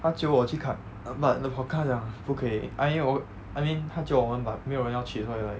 他 jio 我去看 err but err 我看了不可以 I mean 我 I mean 他 jio 我们 but 没有人要去所以 like